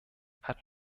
hat